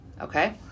okay